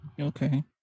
Okay